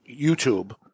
YouTube